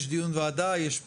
יש דיון ועדה, יש פרוטוקול,